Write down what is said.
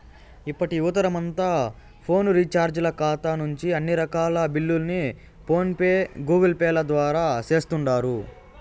ఇప్పటి యువతరమంతా ఫోను రీచార్జీల కాతా నుంచి అన్ని రకాల బిల్లుల్ని ఫోన్ పే, గూగుల్పేల ద్వారా సేస్తుండారు